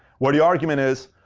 where the argument is,